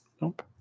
Nope